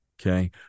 Okay